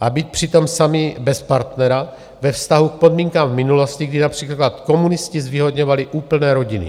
a být přitom samy bez partnera ve vztahu k podmínkám v minulosti, kdy například komunisti zvýhodňovali úplné rodiny.